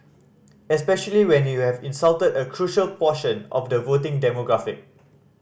especially when you have insulted a crucial portion of the voting demographic